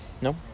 no